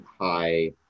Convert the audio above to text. high